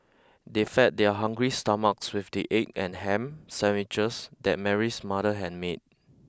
they fed their hungry stomachs with the egg and ham sandwiches that Mary's mother had made